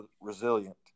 resilient